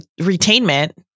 retainment